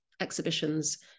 exhibitions